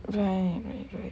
right right right